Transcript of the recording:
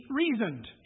reasoned